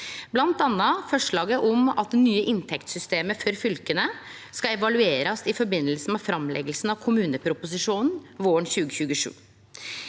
bl.a. forslaget om at det nye inntektssystemet for fylka skal evaluerast i forbindelse med framlegginga av kommuneproposisjonen våren 2027.